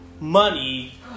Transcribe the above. money